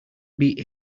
beat